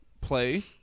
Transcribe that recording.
play